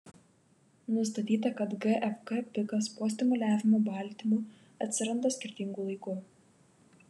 nustatyta kad gfg pikas po stimuliavimo baltymu atsiranda skirtingu laiku